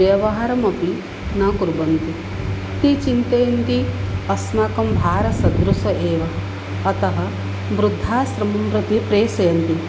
व्यवहारमपि न कुर्वन्ति इति चिन्तयन्ती अस्माकं भारसदृशः एव अतः वृद्धाश्रमं प्रति प्रेषयन्ति